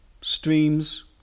streams